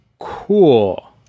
Cool